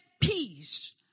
peace